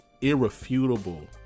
irrefutable